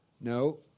No